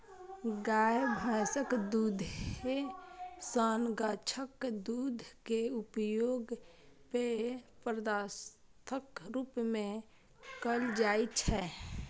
गाय, भैंसक दूधे सन गाछक दूध के उपयोग पेय पदार्थक रूप मे कैल जाइ छै